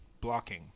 Blocking